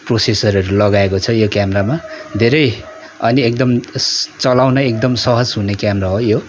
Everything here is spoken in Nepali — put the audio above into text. प्रोसेसरहरू लगाएको छ यो क्यामरामा धेरै अनि एकदम चलाउन एकदम सहज हुने क्यामरा हो यो